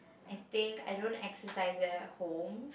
I think I don't exercise that at home